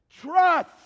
Trust